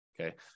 okay